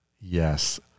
yes